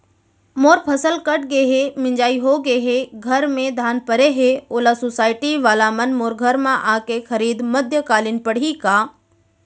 मोर फसल कट गे हे, मिंजाई हो गे हे, घर में धान परे हे, ओला सुसायटी वाला मन मोर घर म आके खरीद मध्यकालीन पड़ही का?